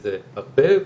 שזה הרבה.